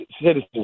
Citizens